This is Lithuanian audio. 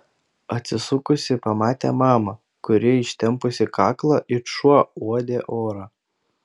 atsisukusi pamatė mamą kuri ištempusi kaklą it šuo uodė orą